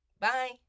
Bye